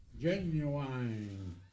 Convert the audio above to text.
Genuine